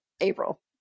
April